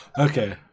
Okay